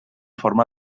forma